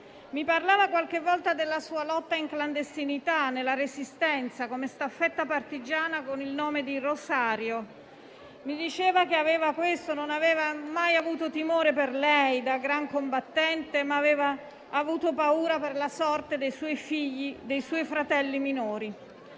Mi parlava qualche volta della sua lotta in clandestinità, nella Resistenza, come staffetta partigiana con il nome di Rosario. Mi diceva che non aveva mai avuto timore per lei, da gran combattente, ma aveva avuto paura per la sorte dei suoi figli e dei suoi fratelli minori.